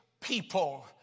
people